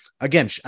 again